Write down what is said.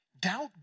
Doubt